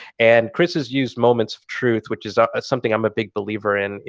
and chris has used moments of truth, which is ah something i'm a big believer in.